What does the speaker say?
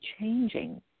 changing